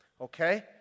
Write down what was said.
okay